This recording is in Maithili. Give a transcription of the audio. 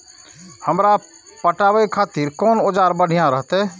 हमरा पटावे खातिर कोन औजार बढ़िया रहते?